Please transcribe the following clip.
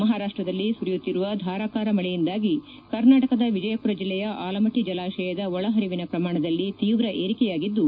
ಮಹಾರಾಷ್ಷದಲ್ಲಿ ಸುರಿಯುತ್ತಿರುವ ಧಾರಾಕಾರ ಮಳೆಯಿಂದಾಗಿ ಕರ್ನಾಟಕದ ವಿಜಯಪುರ ಜಿಲ್ಲೆಯ ಆಲಮಟ್ಟ ಜಲಾಶಯದ ಒಳಹರಿವಿನ ಶ್ರಮಾಣದಲ್ಲಿ ತೀವ್ರ ಏರಿಕೆಯಾಗಿದ್ದು